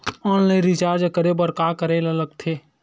Online recharge करे बर का का करे ल लगथे?